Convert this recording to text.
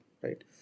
right